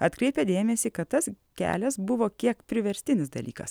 atkreipia dėmesį kad tas kelias buvo kiek priverstinis dalykas